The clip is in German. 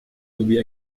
sowie